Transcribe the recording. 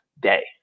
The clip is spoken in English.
day